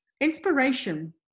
Inspiration